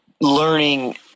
learning